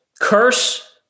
curse